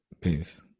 Peace